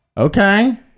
okay